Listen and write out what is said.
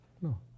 no